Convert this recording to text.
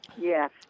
Yes